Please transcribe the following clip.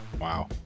Wow